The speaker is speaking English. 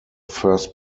first